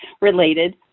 related